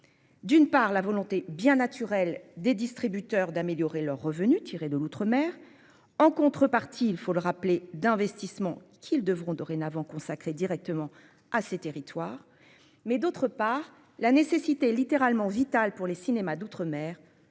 D'une part la volonté bien naturel des distributeurs d'améliorer leurs revenus tirés de l'outre-mer en contrepartie il faut le rappeler d'investissement qu'ils devront dorénavant consacrés directement à ces territoires. Mais d'autre part la nécessité littéralement vital pour les cinémas d'outre-mer